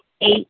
Eight